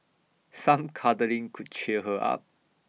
some cuddling could cheer her up